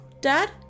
Dad